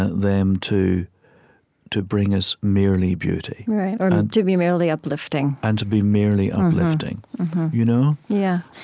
them to to bring us merely beauty right, or to be merely uplifting and to be merely uplifting you know yeah